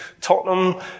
Tottenham